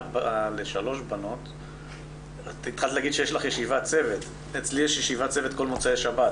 אצלי כאבא לשלוש בנות יש ישיבת צוות כל מוצאי שבת,